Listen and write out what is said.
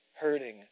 hurting